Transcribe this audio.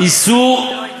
איסור,